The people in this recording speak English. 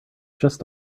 just